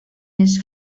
his